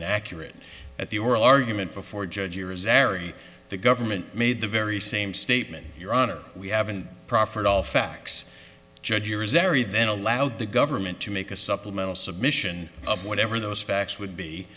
inaccurate at the oral argument before judge irizarry the government made the very same statement your honor we have and proffered all facts judge irizarry then allowed the government to make a supplemental submission of whatever those facts would be